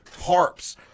tarps